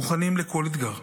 מוכנים לכל אתגר.